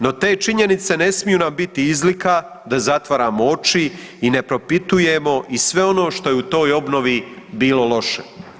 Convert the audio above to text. No te činjenice ne smiju nam biti izlike da zatvaramo oči i ne propitujemo i sve ono što je u toj obnovi bilo loše.